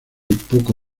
poco